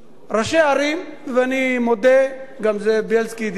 ראשי ערים, ואני מודה, גם זאב בילסקי ידידי,